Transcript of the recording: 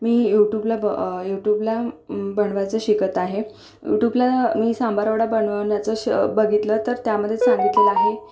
मी यूटूबला यूटूबला बनवायचं शिकत आहे यूटूबला मी सांबारवडा बनवण्याचं श बघितलं तर त्यामध्ये सांगितलं आहे